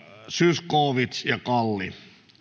zyskowicz ja kalli